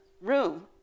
room